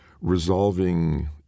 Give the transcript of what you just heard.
resolving